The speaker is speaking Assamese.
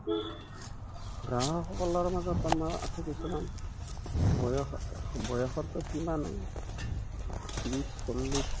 গ্ৰাহসকলৰ মাজত আমাৰ আছে কিছুমান বয়স বয়সৰটো সীমা নাই ত্ৰিছ চল্লিছ